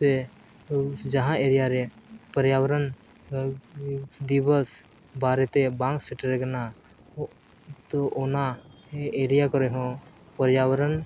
ᱥᱮ ᱡᱟᱦᱟᱸ ᱮᱨᱤᱭᱟᱨᱮ ᱯᱚᱨᱭᱟᱵᱚᱨᱚᱱ ᱰᱤᱵᱚᱥ ᱵᱟᱨᱮᱛᱮ ᱵᱟᱝ ᱥᱮᱴᱮᱨ ᱠᱟᱱᱟ ᱛᱚ ᱚᱱᱟ ᱮᱨᱤᱭᱟ ᱠᱚᱨᱮᱦᱚᱸ ᱯᱚᱨᱭᱟᱵᱚᱨᱚᱱ